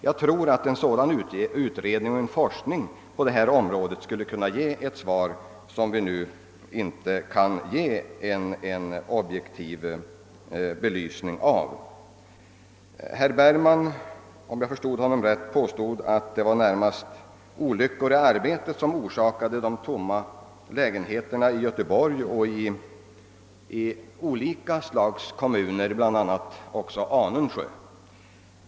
Jag tror att en sådan utredning och en forskning på detta område skulle kunna ge ett svar och åstadkomma den objektiva belysning som nu inte finns. Herr Bergman påstod, om jag förstod honom rätt, att det närmast är »olycksfall i arbetet» som orsakar att lägenheter står tomma i Göteborg och i flera andra kommuner, bl.a. också i Anundsjö.